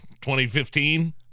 2015